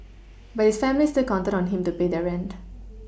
but his family still counted on him to pay their rent